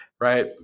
right